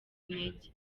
intege